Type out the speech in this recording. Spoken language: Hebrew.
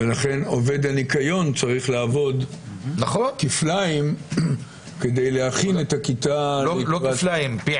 ולכן עובד הניקיון צריך לעבוד כפליים כדי להכין את הכיתה לקראת.